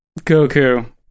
goku